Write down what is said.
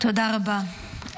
תודה רבה.